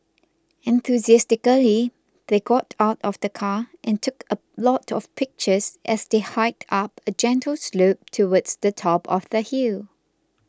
enthusiastically they got out of the car and took a lot of pictures as they hiked up a gentle slope towards the top of the hill